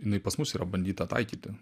jinai pas mus yra bandyta taikyti